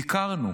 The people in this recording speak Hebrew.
ביקרנו,